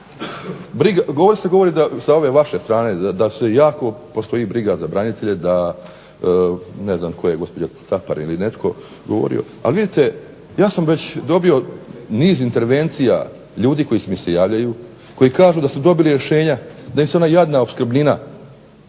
naših. Govori se sa ove vaše strane da se jako postoji briga za branitelje, da ne znam tko je gospođa Caparin ili netko govorio. Ali vidite ja sam već dobio niz intervencija ljudi koji mi se javljaju koji kažu da su dobili rješenja da im se ona jadna opskrbnina